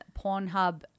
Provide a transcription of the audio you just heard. Pornhub